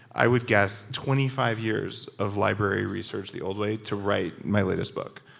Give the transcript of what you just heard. i would guess twenty five years of library research, the old way, to write my latest book.